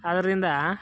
ಆದ್ದರಿಂದ